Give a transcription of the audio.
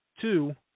two